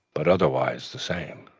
but otherwise, the same.